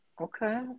Okay